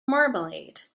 marmalade